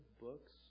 books